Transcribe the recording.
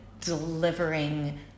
delivering